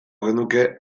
genuke